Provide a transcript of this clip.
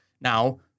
now